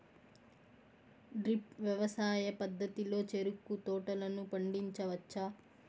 drip వ్యవసాయ పద్ధతిలో చెరుకు తోటలను పండించవచ్చా